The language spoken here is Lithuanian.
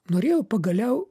norėjau pagaliau